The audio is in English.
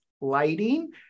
lighting